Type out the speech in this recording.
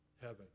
Heaven